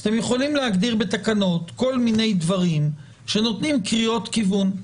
אתם יכולים להגדיר בתקנות כל מיני דברים שנותנים קריאות כיוון.